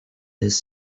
his